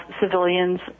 civilians